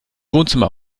wohnzimmer